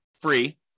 Free